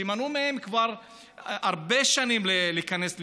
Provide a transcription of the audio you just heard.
שמנעו מהם כבר הרבה שנים להיכנס לירושלים.